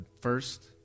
first